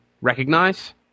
recognize